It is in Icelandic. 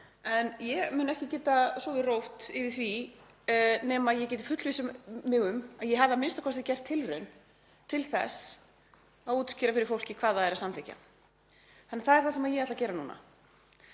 en ég mun ekki geta sofið rótt yfir því nema ég geti fullvissað mig um að ég hafi a.m.k. gert tilraun til þess að útskýra fyrir fólki hvað það er að samþykkja. Það er það sem ég ætla að gera núna.